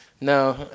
no